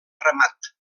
remat